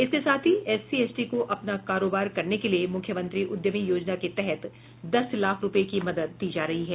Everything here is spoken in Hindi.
इसके साथ ही एससी एसटी को अपना कारोबार करने के लिए मुख्यमंत्री उद्यमी योजना के तहत दस लाख रुपये की मदद दी जा रही है